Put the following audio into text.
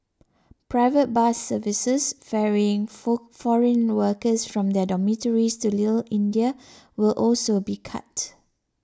private bus services ferrying foreign workers their dormitories to Little India will also be cut